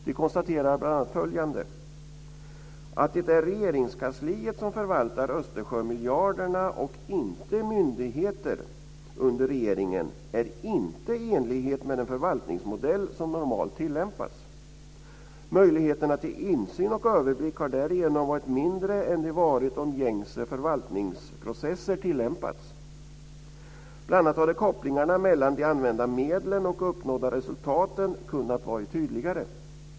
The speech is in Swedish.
De konstaterar bl.a. följande: "Att det är Regeringskansliet som förvaltar Östersjömiljarderna och inte myndigheter under regeringen är inte i enlighet med den förvaltningsmodell som normalt tillämpas. Möjligheterna till insyn och överblick har därigenom varit mindre än de varit om gängse förvaltningsprocesser tillämpats. Bl.a. hade kopplingarna mellan de använda medlen och uppnådda resultaten kunnat vara tydligare.